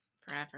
Forever